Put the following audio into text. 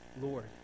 Lord